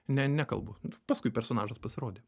ne nekalbu paskui personažas pasirodė